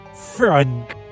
Frank